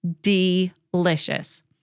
delicious